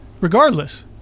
Regardless